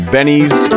Benny's